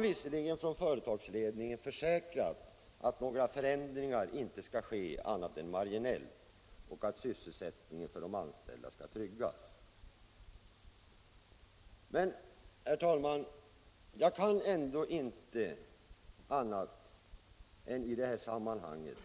Visserligen har företagsledningen försäkrat att några förändringar inte skall ske annat än marginellt och att sysselsättningen för de anställda skall tryggas, men, herr talman, jag kan ändå inte i det här sammanhanget